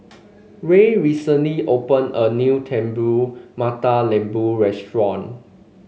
Ray recently opened a new Telur Mata Lembu restaurant